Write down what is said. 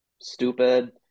stupid